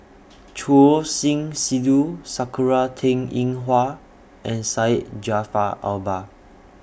Choor Singh Sidhu Sakura Teng Ying Hua and Syed Jaafar Albar